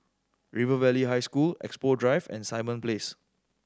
River Valley High School Expo Drive and Simon Place